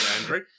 Andrew